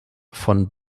von